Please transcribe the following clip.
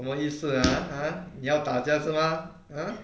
什么意思 ah !huh! 你要打架是吗 !huh!